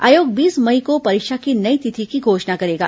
आयोग बीस मई को परीक्षा की नई तिथि की घोषणा करेगा